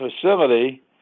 facility